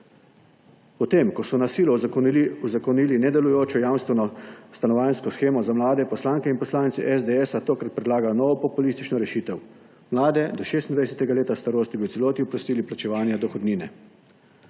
sistema. Ko so na silo uzakonili nedelujočo jamstveno stanovanjsko shemo za mlade, poslanke in poslanci SDS tokrat predlagajo novo populistično rešitev: mlade do 26. leta starosti bi v celoti oprostili plačevanja dohodnine.